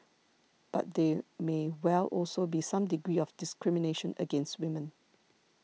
but there may well also be some degree of discrimination against women